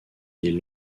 des